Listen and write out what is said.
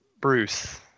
bruce